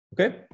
Okay